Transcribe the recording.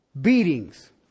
beatings